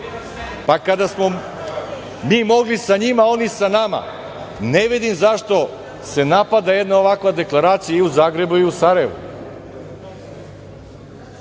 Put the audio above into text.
laka. Kada smo mi mogli sa njima, oni sa nama ne vidim zašto se napada jedna ovakva deklaracija i u Zagrebu i u Sarajevu. Ne